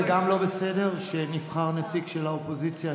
זה גם לא בסדר שנבחר נציג של האופוזיציה,